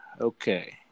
okay